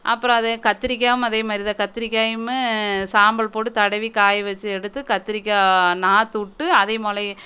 அப்புறம் அது கத்தரிக்காவும் அதே மாதிரிதான் கத்தரிக்காயுமே சாம்பல் போட்டு தடவி காய வச்சு எடுத்து கத்தரிக்கா நாற்று விட்டு அதையும் முளை